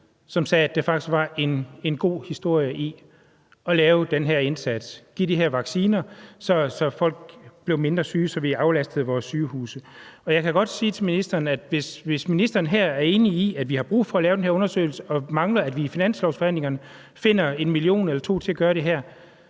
som sagde, at der faktisk var en god historie i at lave den her indsats, at give de her vacciner, så folk blev mindre syge, og så vi aflastede vores sygehuse. Og jeg kan godt sige til ministeren, at hvis ministeren her er enig i, at vi har brug for at lave den her undersøgelse, og mangler, at vi i finanslovsforhandlingerne finder 1 mio. eller 2 mio. kr. til at gøre det her,